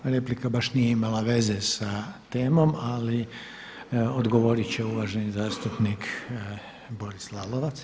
Ova replika baš nije imala veze sa temom ali odgovoriti će uvaženi zastupnik Boris Lalovac.